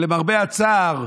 למרבה הצער,